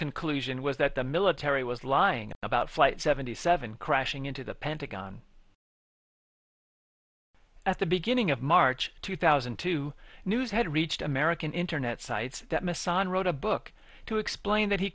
conclusion was that the military was lying about flight seventy seven crashing into the pentagon at the beginning of march two thousand and two news had reached american internet sites that mess on wrote a book to explain that he